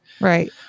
Right